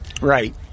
Right